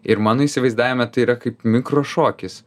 ir mano įsivaizdavime tai yra kaip mikrošokis